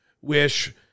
wish